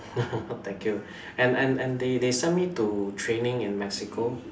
thank you and and and they they sent me to training in Mexico